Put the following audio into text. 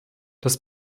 das